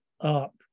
up